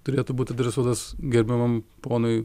turėtų būt adresuotas gerbiamam ponui